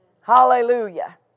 Hallelujah